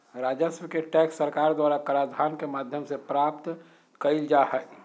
राजस्व के टैक्स सरकार द्वारा कराधान के माध्यम से प्राप्त कइल जा हइ